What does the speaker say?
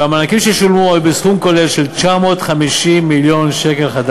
והמענקים ששולמו היו בסכום כולל של כ-950 מיליון ש"ח.